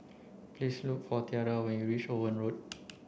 please look for Tiara when you reach Owen Road